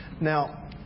Now